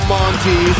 Monty